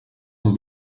amb